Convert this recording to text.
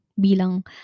bilang